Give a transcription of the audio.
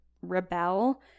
rebel